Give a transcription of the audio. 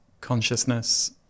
consciousness